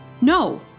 No